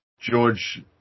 George